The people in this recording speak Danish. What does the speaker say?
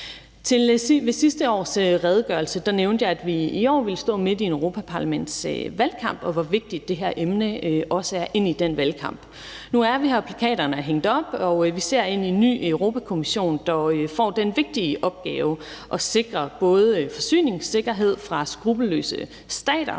Ved sidste års redegørelse nævnte jeg, at vi i år ville stå midt i en europaparlamentsvalgkamp, og hvor vigtigt det her emne også er inde i den valgkamp. Nu er vi her, og plakaterne er hængt op, og vi ser ind i en ny Europa-Kommission, der får den vigtige opgave både at sikre forsyningssikkerheden over for skrupelløse stater